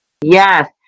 Yes